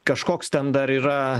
kažkoks ten dar yra